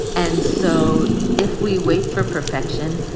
and so if we wait for perfection,